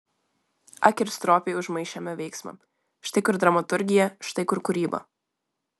ak ir stropiai užmaišėme veiksmą štai kur dramaturgija štai kur kūryba